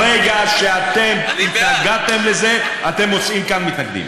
ברגע שאתם התנגדתם לזה, אתם מוצאים כאן מתנגדים,